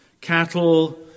cattle